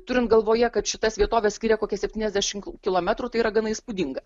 turint galvoje kad šitas vietoves skiria kokie septyniasdešimt kilometrų tai yra gana įspūdinga